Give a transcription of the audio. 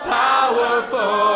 powerful